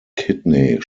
kidney